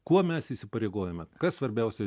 kuo mes įsipareigojome kas svarbiausia